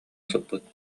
сыппыт